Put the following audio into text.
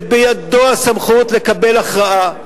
שבידו הסמכות לקבל הכרעה.